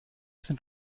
sind